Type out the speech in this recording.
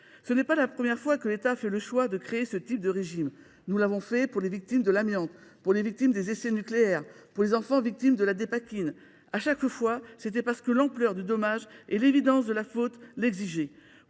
Ce n’est pas la première fois que l’État choisit de créer ce type de régime : nous l’avons fait pour les victimes de l’amiante, pour celles des essais nucléaires et pour les enfants victimes de la Dépakine. À chaque fois, l’ampleur du dommage et l’évidence de la faute l’exigeaient.